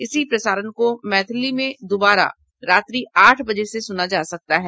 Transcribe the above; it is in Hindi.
इसी प्रसारण को मैथिली में दोबारा रात्रि आठ बजे से सुना जा सकता है